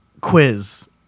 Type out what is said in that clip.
quiz